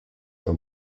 are